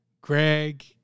Greg